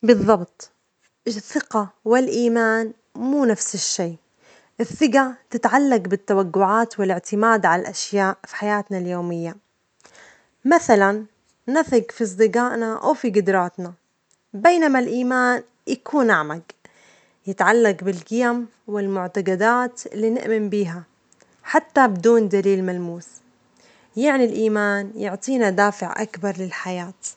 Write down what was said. بالظبط، الثقة والإيمان مو نفس الشيء، الثجة تتعلج بالتوجعات والاعتماد على الأشياء في حياتنا اليومية، مثلًا نثج في أصدجائنا أو في جدراتنا، بينما الإيمان يكون أعمج ويتعلج بالجيم والمعتجدات اللي نؤمن بها، حتى بدون دليل ملموس، يعني الإيمان يعطينا دافع أكبر للحياة.